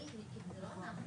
אני אענה.